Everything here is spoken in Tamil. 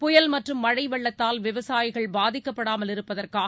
புயல் மற்றும் மழை வெள்ளத்தால் விவசாயிகள் பாதிக்கப்படாமல் இருப்பதற்காக